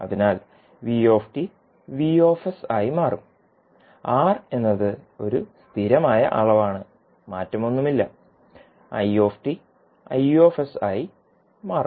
അതിനാൽ v V ആയി മാറും R എന്നത് ഒരു സ്ഥിരമായ അളവാണ് മാറ്റമൊന്നുമില്ല i I ആയി മാറും